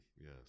Yes